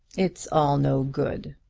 it's all no good,